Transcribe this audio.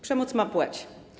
Przemoc ma płeć.